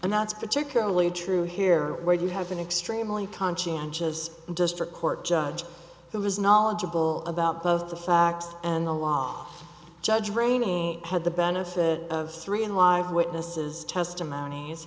and that's particularly true here where you have an extremely conscientious district court judge who was knowledgeable about both the facts and the law judge training had the benefit of three and live witnesses testimonies